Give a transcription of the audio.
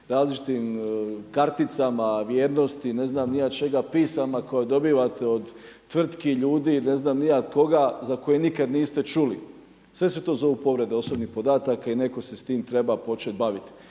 različitim karticama, vrijednosti ne znam ni ja čega, pisama koje dobivate od tvrtki, ljudi, ne znam ni ja koga za koje nikad niste čuli. Sve se to zovu povrede osobnih podataka i netko se s tim treba počet baviti.